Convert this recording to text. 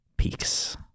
Peaks